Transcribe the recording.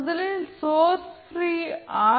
முதலில் source pre R